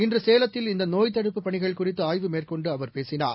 இன்றுசேலத்தில் இந்தநோய் தடுப்புப் பணிகள் குறித்துஆய்வு மேற்கொண்டுஅவர் பேசினார்